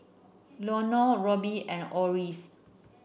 Robley and Oris